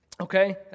okay